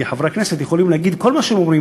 כי חברי הכנסת יכולים להגיד כל מה שהם אומרים